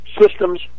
Systems